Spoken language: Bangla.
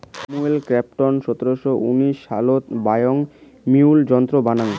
স্যামুয়েল ক্রম্পটন সতেরশো উনআশি সালত বয়ন মিউল যন্ত্র বানাং